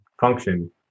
function